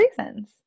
reasons